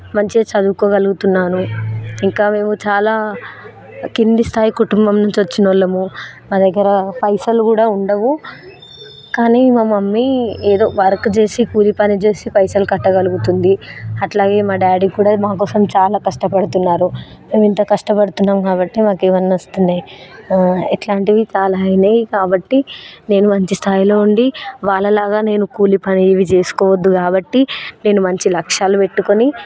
మంచిగా చదువుకోగలుగుతున్నాను ఇంకా మేము చాలా కింది స్థాయి కుటుంబం నుంచి వచ్చిన వాళ్ళము మా దగ్గర పైసలు కూడా ఉండవు కానీ మా మమ్మీ ఏదో వర్క్ చేసి కూలి పని చేసి పైసలు కట్టగలుగుతుంది అట్లాగే మా డాడీ కూడా మా కోసం చాలా కష్టపడుతున్నారు మేము ఇంత కష్టపడుతున్నాము కాబట్టి మాకు ఇవన్నీ వస్తున్నాయి ఇలాంటివి చాలా అయినాయి కాబట్టి నేను మంచి స్థాయిలో ఉండి వాళ్ళలాగా నేను కూలి పని ఇవి చేసుకోవద్దు కాబట్టి నేను మంచి లక్ష్యాలు పెట్టుకుని